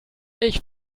ich